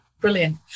Brilliant